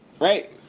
Right